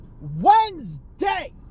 Wednesday